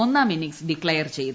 ഒന്നാം innings declare ചെയ്തു